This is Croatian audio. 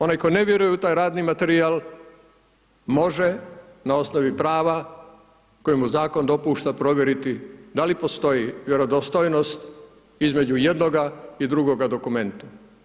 Onaj tko ne vjeruje u taj radni materijal, može na osnovi prava, kojemu zakon dopušta provjeriti, da li postoji vjerodostojnost između jednoga i drugoga dokumenata.